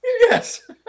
Yes